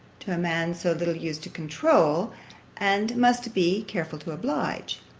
to a man so little used to controul and must be careful to oblige.